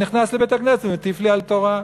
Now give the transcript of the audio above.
ונכנס לבית-הכנסת ומטיף לי על תורה.